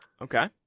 Okay